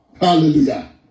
Hallelujah